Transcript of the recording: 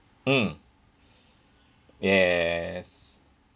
mm yes